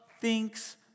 thinks